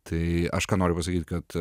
tai aš ką noriu pasakyt kad